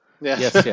Yes